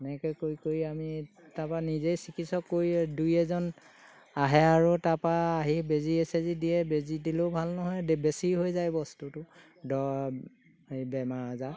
এনেকৈ কৰি কৰি আমি তাৰপৰা নিজেই চিকিৎসক কৰি দুই এজন আহে আৰু তাৰপৰা আহি বেজী চেজি দিয়ে বেজী দিলেও ভাল নহয় বেছি হৈ যায় বস্তুটো দৰব এই বেমাৰ আজাৰ